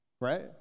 Right